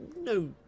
no